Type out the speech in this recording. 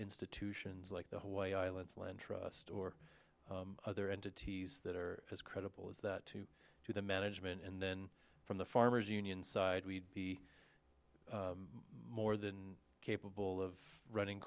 institutions like the hawaiian islands land trust or other entities that are as credible as that to do the management and then from the farmers union side we'd be more than capable of running